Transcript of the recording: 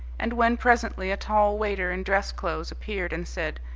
and when presently a tall waiter in dress-clothes appeared, and said,